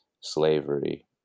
slavery